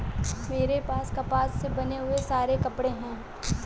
मेरे पास कपास से बने बहुत सारे कपड़े हैं